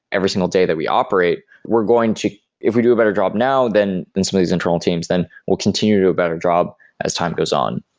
every single day that we operate, we're going to if we do a better job now than than some of these internal teams, then we'll continue to do a better job as time goes on.